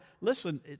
listen